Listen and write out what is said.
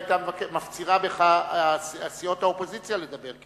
היו מפצירות בך סיעות האופוזיציה לדבר,